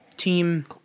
team